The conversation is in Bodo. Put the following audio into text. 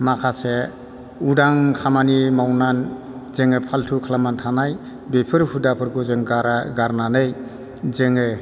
माखासे उदां खामानि मावनानै जोङो फाल्टु खालामनानै थानाय बेफोर हुदाफोरखौ जों गारनानै जोङो